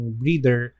breeder